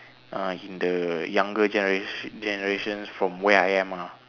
uh in the younger genera~ generations from where I am ah